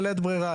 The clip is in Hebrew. בלית ברירה,